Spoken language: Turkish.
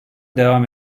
devam